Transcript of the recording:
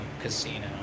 Casino